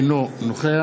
אינו נוכח